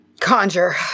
Conjure